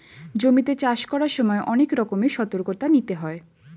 জমিতে চাষ করার সময় অনেক রকমের সতর্কতা নিতে হয়